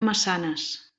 massanes